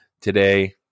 today